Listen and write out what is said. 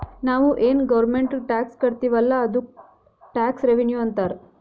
ನಾವು ಏನ್ ಗೌರ್ಮೆಂಟ್ಗ್ ಟ್ಯಾಕ್ಸ್ ಕಟ್ತಿವ್ ಅಲ್ಲ ಅದ್ದುಕ್ ಟ್ಯಾಕ್ಸ್ ರೆವಿನ್ಯೂ ಅಂತಾರ್